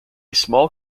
small